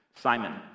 Simon